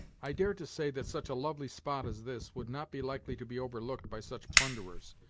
i dare to say that such a lovely spot as this, would not be likely to be overlooked by such plunderers,